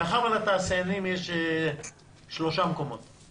מאחר ולתעשיינים יש שלושה חברים במועצה,